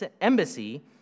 embassy